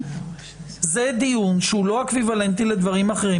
זה דיון שהוא לא אקוויוולנטי לדברים אחרים,